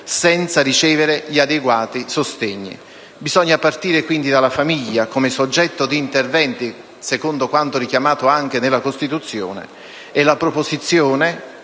senza ricevere gli adeguati sostegni. Bisogna partire, quindi, dalla famiglia come soggetto di interventi, secondo quanto richiamato anche dalla Costituzione: la promozione